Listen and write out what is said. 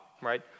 right